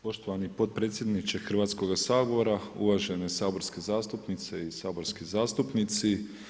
Poštovani potpredsjedniče Hrvatskoga sabora, uvažene saborske zastupnice i saborski zastupnici.